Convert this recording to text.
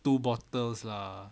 two bottles lah